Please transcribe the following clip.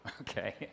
okay